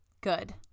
Good